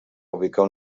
ubicar